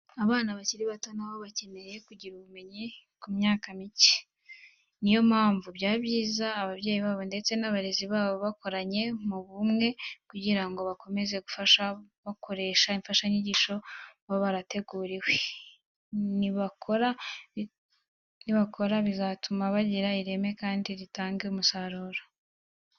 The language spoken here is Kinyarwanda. Abana bakiri bato na bo baba bakeneye kugira ubumenyi ku myaka mike. Ni yo mpamvu byaba byiza ababyeyi ndetse n'abarezi babo bakoranye mu bumwe kugira ngo bakomeze gufashanya, bakoresha imfashanyigisho baba barateguriwe. Nibabikora bizatuma bugira ireme kandi ritange umusaruro.